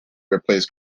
replaced